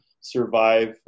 survive